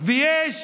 ויש